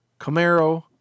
Camaro